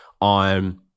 on